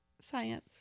Science